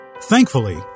Thankfully